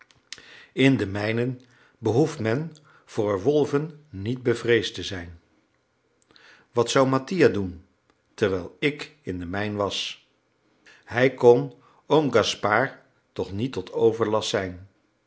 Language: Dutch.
in de mijnen behoeft men voor wolven niet bevreesd te zijn wat zou mattia doen terwijl ik in de mijn was hij kon oom gaspard toch niet tot overlast zijn